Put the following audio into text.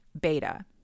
beta